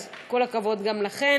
אז כל הכבוד גם לכן.